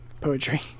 poetry